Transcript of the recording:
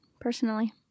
personally